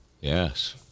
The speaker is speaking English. Yes